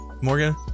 Morgan